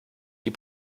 die